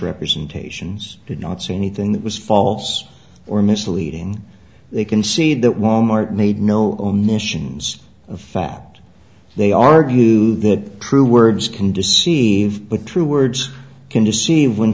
misrepresentations did not say anything that was false or misleading they can see that wal mart made no omissions of fact they argue that true words can deceive but true words can deceive when